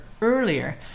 earlier